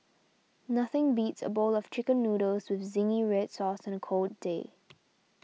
nothing beats a bowl of Chicken Noodles with Zingy Red Sauce on a cold day